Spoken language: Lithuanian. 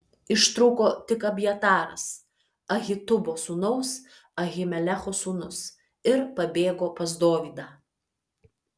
ištrūko tik abjataras ahitubo sūnaus ahimelecho sūnus ir pabėgo pas dovydą